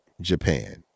Japan